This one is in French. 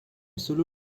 solo